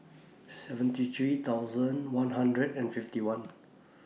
seventy three thousand one hundred and fifty one